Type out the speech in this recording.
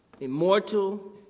Immortal